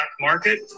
market